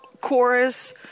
Chorus